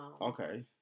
Okay